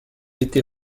été